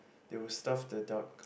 they will stuff the duck